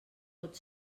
pot